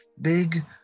Big